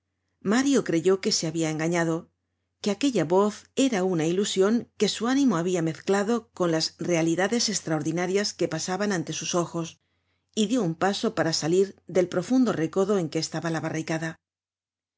mario creyó que se habia engañado que aquella voz era una ilusion que su ánimo habia mezclado con las realidades estraordinarias que pasaban ante sus ojos y dió un paso para salir del profundo recodo en que estaba la barricada